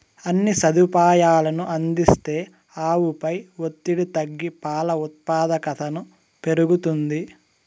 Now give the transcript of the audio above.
అన్ని సదుపాయాలనూ అందిస్తే ఆవుపై ఒత్తిడి తగ్గి పాల ఉత్పాదకతను పెరుగుతుంది